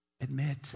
admit